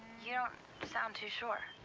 you don't sound too sure.